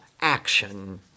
action